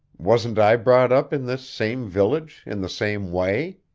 wasn't i brought up in this same village, in the same way?